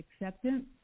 acceptance